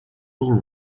will